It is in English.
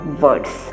words